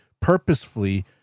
purposefully